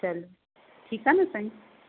चलो ठीकु आहे न साईं